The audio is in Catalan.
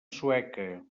sueca